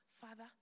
Father